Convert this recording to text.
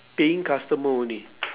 paying customer only